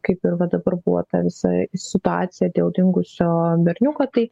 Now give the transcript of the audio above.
kaip ir vat dabar buvo ta visa situacija dėl dingusio berniuko tai